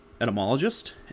etymologist